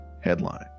headline